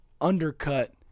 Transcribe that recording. undercut